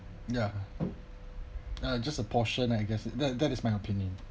ya uh just a portion I guess that that is my opinion